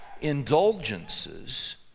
Indulgences